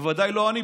בוודאי לא אני.